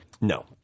No